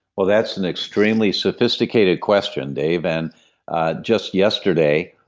well, that's an extremely sophisticated question, dave. and ah just yesterday,